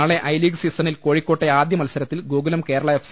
നാളെ I league സീസണിൽ കോഴിക്കോട്ടെ ആദ്യ മത്സരത്തിൽ ഗോകുലം കേരള എഫ്